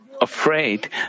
afraid